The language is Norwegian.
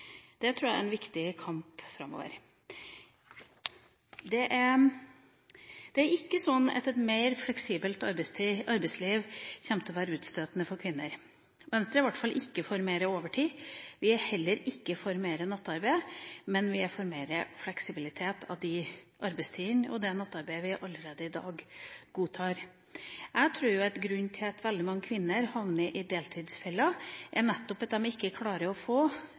Det tror jeg er en viktig kamp framover. Det er ikke sånn at et mer fleksibelt arbeidsliv kommer til å være utstøtende for kvinner. Venstre er i hvert fall ikke for mer overtid, vi er heller ikke for mer nattarbeid, men vi er for mer fleksibilitet i de arbeidstidene og det nattarbeidet vi allerede i dag godtar. Jeg tror at grunnen til at veldig mange kvinner havner i deltidsfella, nettopp er at de ikke klarer å få